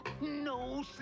No